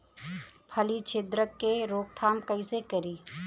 फली छिद्रक के रोकथाम कईसे करी?